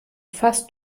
fast